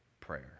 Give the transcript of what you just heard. prayer